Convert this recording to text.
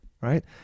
Right